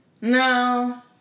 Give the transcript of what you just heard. no